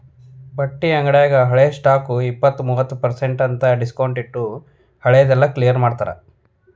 ಬಟ್ಟಿ ಅಂಗ್ಡ್ಯಾಗ ಹಳೆ ಸ್ಟಾಕ್ಗೆ ಇಪ್ಪತ್ತು ಮೂವತ್ ಪರ್ಸೆನ್ಟ್ ಅಂತ್ ಡಿಸ್ಕೊಂಟ್ಟಿಟ್ಟು ಹಳೆ ದೆಲ್ಲಾ ಕ್ಲಿಯರ್ ಮಾಡ್ತಾರ